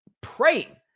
praying